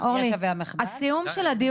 מה תגידו